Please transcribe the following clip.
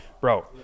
bro